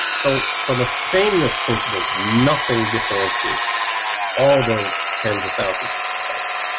so from a sameness principle, nothing differentiates all those tens of thousands of sites.